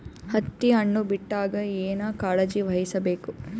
ಹತ್ತಿ ಹಣ್ಣು ಬಿಟ್ಟಾಗ ಏನ ಕಾಳಜಿ ವಹಿಸ ಬೇಕು?